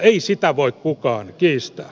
ei sitä voi kukaan kiistää